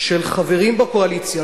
של חברים בקואליציה,